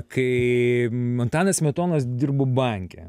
kai antanas smetonas dirbo banke